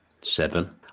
Seven